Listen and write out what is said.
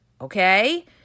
Okay